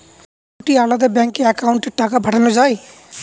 দুটি আলাদা ব্যাংকে অ্যাকাউন্টের টাকা পাঠানো য়ায়?